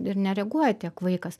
ir nereaguoja tiek vaikas